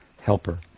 helper